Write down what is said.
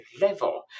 level